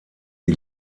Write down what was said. die